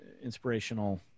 inspirational